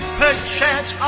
perchance